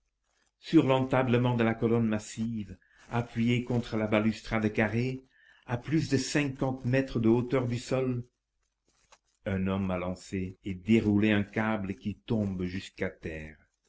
sur l'entablement de la colonne massive appuyé contre la balustrade carrée à plus de cinquante mètres de hauteur du sol un homme a lancé et déroulé un câble qui tombe jusqu'à terre